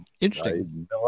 Interesting